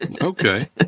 Okay